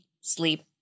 sleep